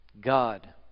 God